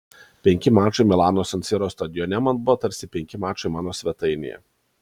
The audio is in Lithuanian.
penki mačai milano san siro stadione man buvo tarsi penki mačai mano svetainėje